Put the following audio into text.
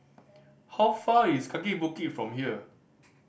how far is Kaki Bukit from here